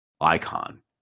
Icon